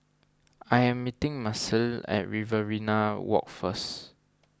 I am meeting Marcelle at Riverina Walk first